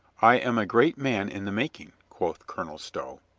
i am a great man in the making, quoth colonel stow.